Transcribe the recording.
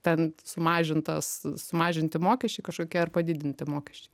ten sumažintas sumažinti mokesčiai kažkokie ar padidinti mokesčiai